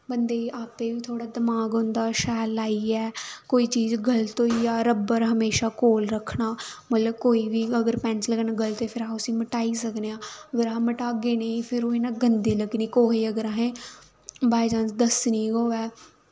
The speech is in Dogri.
बंदे गी आप्पें बी थोह्ड़ा दमाक होंदा शैल लाइयै कोई चीज गल्त होइया रब्बर हमेशा कोल रक्खना मतलब कोई बी अगर पैन्सल कन्नै गल्त फिर अस उस्सी मिटाई सकने आं अगर अस मटागे निं फिर ओह् इयां गंदी लग्गनी कुहे अगर असें बाय चांस दस्सनी गै होऐ